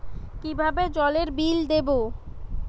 কিভাবে জলের বিল দেবো?